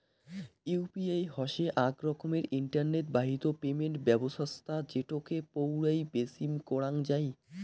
UPI হসে আক রকমের ইন্টারনেট বাহিত পেমেন্ট ব্যবছস্থা যেটোকে পৌরাই বেচিম করাঙ যাই